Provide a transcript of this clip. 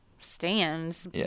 stands